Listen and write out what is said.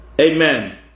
Amen